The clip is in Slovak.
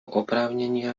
oprávnenia